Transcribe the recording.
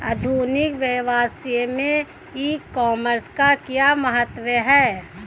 आधुनिक व्यवसाय में ई कॉमर्स का क्या महत्व है?